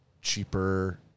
cheaper